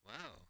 Wow